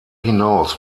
hinaus